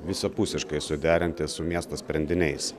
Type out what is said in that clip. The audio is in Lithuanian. visapusiškai suderinti su miesto sprendiniais